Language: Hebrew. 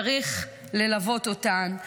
צריך ללוות אותן,